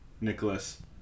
Nicholas